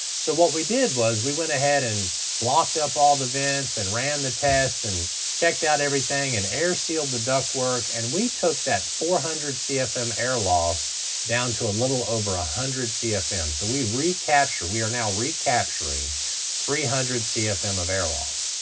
so what we did was we went ahead and blocked up all the vents and ran the test and checked out everything and air sealed the duct work and we took that four hundred cfm air loss down to a little over a hundred cfm. so we recapture, we are now recapturing three hundred cfm of air loss.